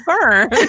burn